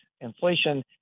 inflation